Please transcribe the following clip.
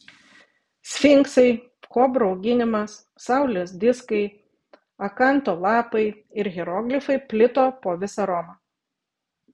sfinksai kobrų auginimas saulės diskai akanto lapai ir hieroglifai plito po visą romą